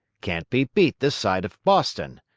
can't be beat this side of boston.